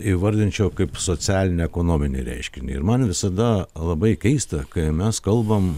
įvardinčiau kaip socialinę ekonominį reiškinį ir man visada labai keista kai mes kalbam